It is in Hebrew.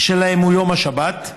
שלהם הוא יום השבת,